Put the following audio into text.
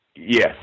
Yes